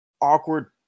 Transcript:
awkward